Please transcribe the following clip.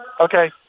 Okay